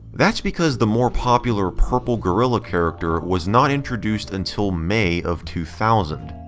that's because the more popular purple gorilla character was not introduced until may of two thousand.